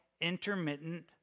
intermittent